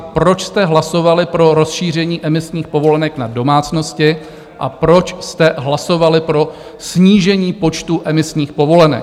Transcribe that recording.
Proč jste hlasovali pro rozšíření emisních povolenek na domácnosti a proč jste hlasovali pro snížení počtu emisních povolenek?